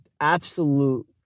absolute